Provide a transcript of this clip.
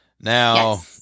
now